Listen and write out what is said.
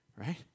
right